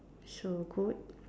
so good